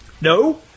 No